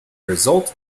result